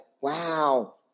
wow